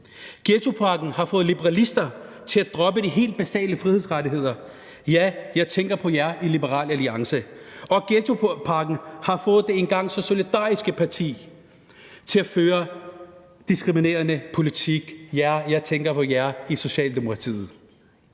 Ghettopakken har fået liberalister til at droppe de helt basale frihedsrettigheder – ja, jeg tænker på jer i Liberal Alliance. Og ghettopakken har fået det engang så solidariske parti til at føre diskriminerende politik – ja, jeg tænker på jer i Socialdemokratiet.